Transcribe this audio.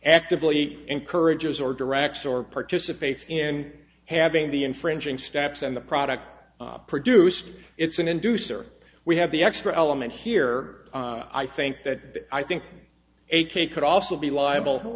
actively encourages or directs or participates in having the infringing steps and the product produced it's an inducer we have the extra element here i think that i think h k could also be liable